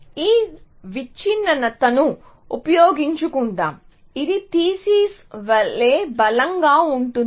ఈ విచ్ఛిన్నతను ఉపయోగించుకుందాం ఇది థీసిస్ వలె బలంగా ఉంటుంది